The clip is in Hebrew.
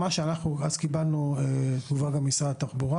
בזמנו קיבלנו תגובה גם ממשרד התחבורה